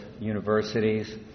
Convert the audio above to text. universities